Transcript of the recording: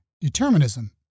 determinism